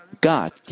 God